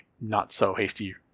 not-so-hasty